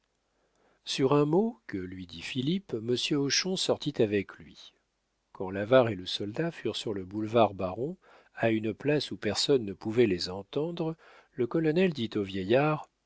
sur un mot que lui dit philippe monsieur hochon sortit avec lui quand l'avare et le soldat furent sur le boulevard baron à une place où personne ne pouvait les entendre le colonel dit au vieillard